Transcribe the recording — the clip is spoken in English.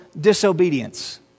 disobedience